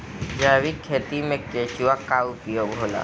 जैविक खेती मे केचुआ का उपयोग होला?